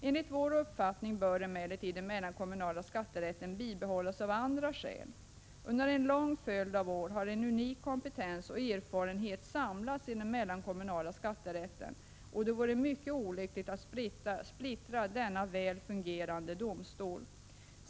Enligt vår uppfattning bör emellertid den mellankommunala skatterätten bibehållas av andra skäl. Under en lång följd av år har en unik kompetens och erfarenhet samlats i den mellankommunala skatterätten, och det vore mycket olyckligt att splittra denna väl fungerande domstol.